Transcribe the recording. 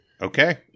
Okay